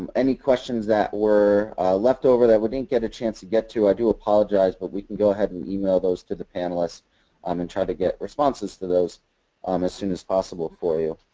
any questions that were left over that we didn't get a chance to get to, i do apologize, but we can go ahead and email those to the panelists um and try to get responses to those um as soon as possible for you.